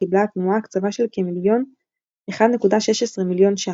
קיבלה התנועה הקצבה של כ-1.16 מיליון ש"ח.